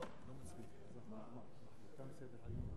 אדוני היושב-ראש,